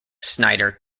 snyder